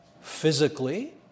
physically